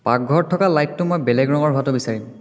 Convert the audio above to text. পাকঘৰত থকা লাইটটো মই বেলেগ ৰঙৰ হোৱাটো বিচাৰিম